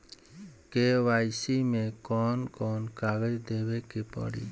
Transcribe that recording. KYC मे कौन कौन कागज देवे के पड़ी?